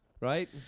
right